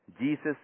Jesus